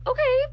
Okay